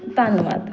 ਧੰਨਵਾਦ